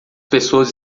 pessoas